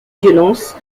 violence